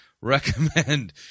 recommend